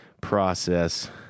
process